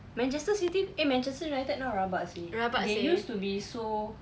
manchester city eh manchester united now rabak seh they used to be so